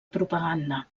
propaganda